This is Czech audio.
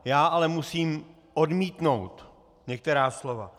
Já ale musím odmítnout některá slova.